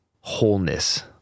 wholeness